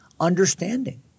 understanding